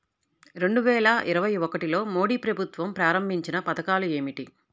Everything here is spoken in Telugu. రెండు వేల ఇరవై ఒకటిలో మోడీ ప్రభుత్వం ప్రారంభించిన పథకాలు ఏమిటీ?